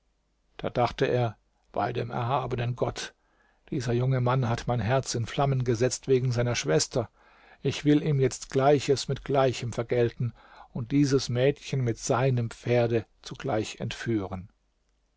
da dachte er bei dem erhabenen gott dieser junge mann hat mein herz in flammen gesetzt wegen seiner schwester ich will ihm jetzt gleiches mit gleichem vergelten und dieses mädchen mit seinem pferde zugleich entführen